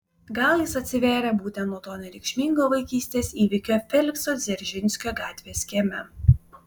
gal jis atsivėrė būtent nuo to nereikšmingo vaikystės įvykio felikso dzeržinskio gatvės kieme